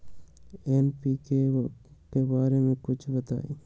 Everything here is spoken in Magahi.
एन.पी.के बारे म कुछ बताई?